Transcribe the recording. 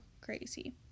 crazy